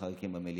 לאחר מכן במליאה,